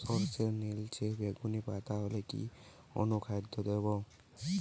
সরর্ষের নিলচে বেগুনি পাতা হলে কি অনুখাদ্য দেবো?